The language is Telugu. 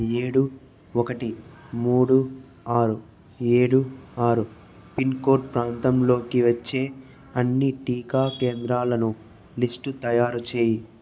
ఏడు ఒకటి మూడు ఆరు ఏడు ఆరు పిన్ కోడ్ ప్రాంతంలోకి వచ్చే అన్ని టీకా కేంద్రాలను లిస్టు తయారు చేయి